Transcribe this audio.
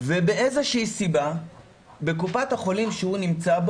מאיזו שהיא סיבה בקופת החולים שהוא נמצא בה